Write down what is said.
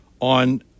on